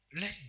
Let